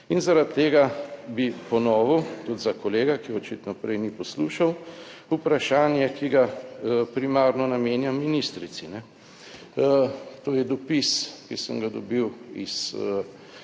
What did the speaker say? In zaradi tega bi ponovil tudi za kolega, ki je očitno prej ni poslušal, vprašanje, ki ga primarno namenja ministrici. To je dopis, ki sem ga dobil iz